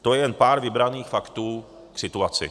To je jen pár vybraných faktů k situaci.